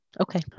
Okay